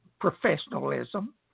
professionalism